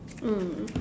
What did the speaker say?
mm